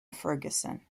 fergusson